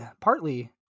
partly